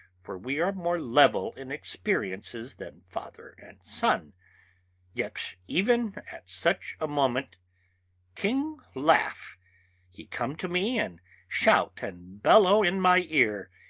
for we are more level in experiences than father and son yet even at such moment king laugh he come to me and shout and bellow in my ear,